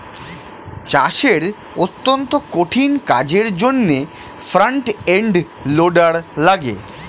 চাষের অত্যন্ত কঠিন কাজের জন্যে ফ্রন্ট এন্ড লোডার লাগে